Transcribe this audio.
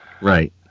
Right